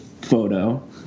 photo